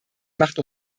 macht